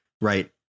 right